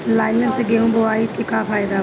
Line से गेहूं बोआई के का फायदा बा?